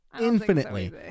Infinitely